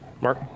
Mark